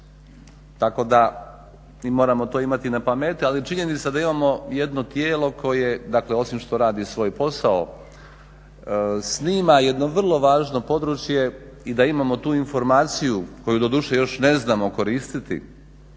Tako da mi to moramo imati na pameti ali činjenica da imamo jedno tijelo koje dakle osim što radi svoj posao snima jedno vrlo važno područje i da imamo tu informaciju koju doduše još ne znamo koristiti.